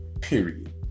Period